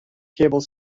cable